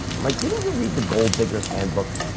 i'm like didn't you read the gold-diggers handbook?